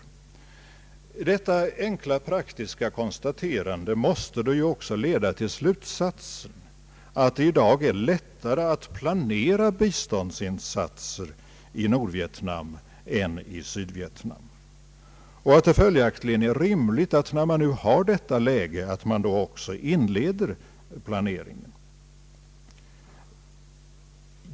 Detta enkla praktiska konstaterande måste också leda till slutsatsen att det i dag är lättare att planera biståndsinsatser i Nordvietnam än i Sydvietnam och att det följaktligen i detta läge är rimligt att inleda planeringen för hjälpinsatser där.